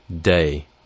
day